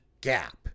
Gap